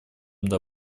для